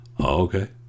Okay